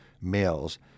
males